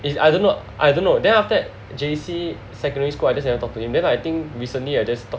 is I dunno I dunno then after that J_C secondary school I just never talk to him then I think recently I just talk